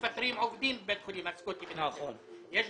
היו מפטרים עובדים בבית החולים הסקוטי בנצרת.